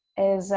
is